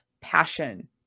passion